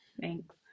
Thanks